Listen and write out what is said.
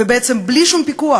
ובעצם בלי שום פיקוח.